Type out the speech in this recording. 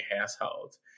households